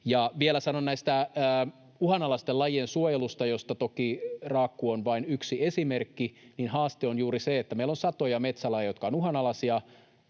Vielä sanon tästä uhanalaisten lajien suojelusta, josta toki raakku on vain yksi esimerkki. Haaste on juuri se, että meillä on satoja metsälajeja, jotka ovat uhanalaisia.